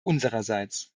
unsererseits